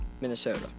Minnesota